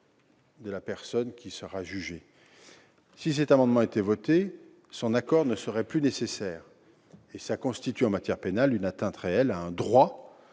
de la personne concernée. Si cet amendement était adopté, son accord ne serait plus nécessaire, ce qui constituerait, en matière pénale, une atteinte réelle à un droit